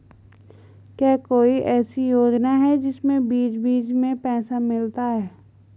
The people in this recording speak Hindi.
क्या कोई ऐसी योजना है जिसमें बीच बीच में पैसा मिलता रहे?